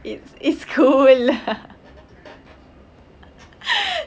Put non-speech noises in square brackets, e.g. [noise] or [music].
it's it's cool lah [laughs]